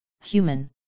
human